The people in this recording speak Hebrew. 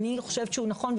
אני חושבת שזה נכון,